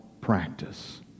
practice